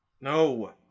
No